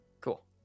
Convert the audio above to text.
Cool